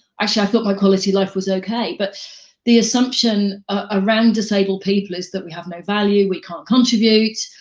actually i thought my quality of life was okay. but the assumption ah around disabled people is that we have no value, we can't contribute,